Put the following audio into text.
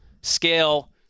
scale